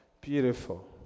beautiful